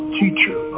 teacher